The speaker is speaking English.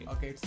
Okay